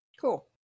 Cool